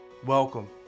Welcome